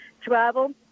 travel